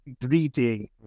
greeting